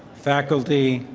faculty,